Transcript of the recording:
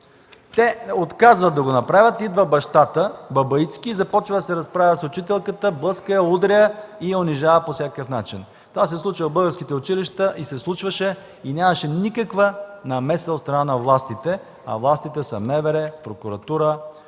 Те отказват да го направят, идва бащата бабаитски и започва да се разправя с учителката – блъска я, удря я и я унижава по всякакъв начин. Това се случва в българските училища и се случваше, и нямаше никаква намеса от страна на властите. Властите са МВР, прокуратура,